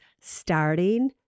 starting